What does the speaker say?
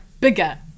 bigger